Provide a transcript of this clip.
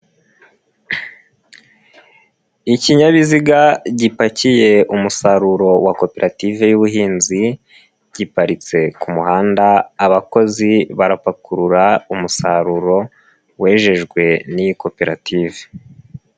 Ikinyabiziga gipakiye umusaruro wa koperative y'ubuhinzi, giparitse ku muhanda, abakozi barapakurura umusaruro, wejejwe n'iyi koperative.